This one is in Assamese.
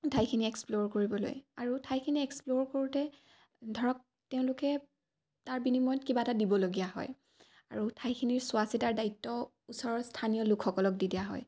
ঠাইখিনি এক্সপ্ল'ৰ কৰিবলৈ আৰু ঠাইখিনি এক্সপ্ল'ৰ কৰোঁতে ধৰক তেওঁলোকে তাৰ বিনিময়ত কিবা এটা দিবলগীয়া হয় আৰু ঠাইখিনিৰ চোৱা চিতাৰ দায়িত্ব ওচৰৰ স্থানীয় লোকসকলক দি দিয়া হয়